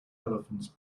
elephants